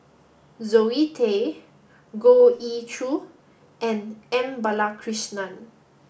Zoe Tay Goh Ee Choo and M Balakrishnan